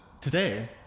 Today